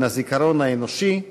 "מן הזיכרון האנושי,